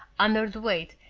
under the weight,